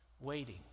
waiting